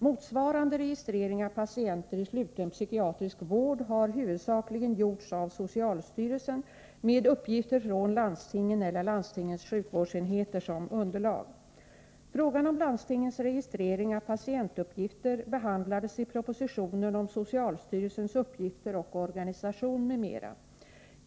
Motsvarande registrering av patienter i sluten psykiatrisk vård har huvudsakligen gjorts av socialstyrelsen med uppgifter från landstingen eller landstingens sjukvårdsenheter som underlag. Frågan om landstingens registrering av patientuppgifter behandlades i propositionen om socialstyrelsens uppgifter och organisation, m.m.